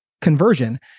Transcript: conversion